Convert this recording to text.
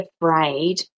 afraid